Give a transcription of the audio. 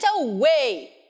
away